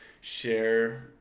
share